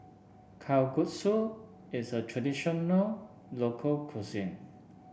Kalguksu is a traditional local cuisine